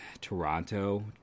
Toronto